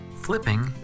flipping